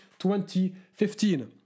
2015